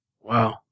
Wow